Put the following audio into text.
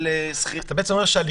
על סחיטות --- אז אתה בעצם אומר שהליכוד